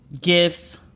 gifts